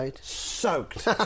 soaked